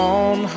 on